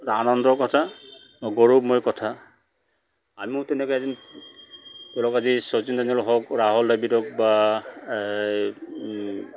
এটা আনন্দৰ কথা গৌৰৱময় কথা আমিও তেনেকৈ এদিন ধৰক আজি শচীন টেণ্ডুলকাৰ হওক ৰাহুল দ্ৰাবিড় হওক বা এই